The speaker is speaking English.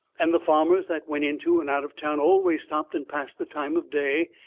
and the farmers that went into and out of town always stopped and passed the time of day,